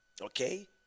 Okay